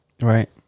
Right